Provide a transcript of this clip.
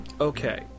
Okay